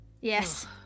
Yes